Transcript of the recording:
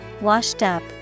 washed-up